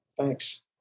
thanks